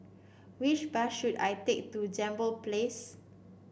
which bus should I take to Jambol Place